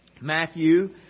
Matthew